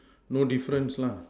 no difference lah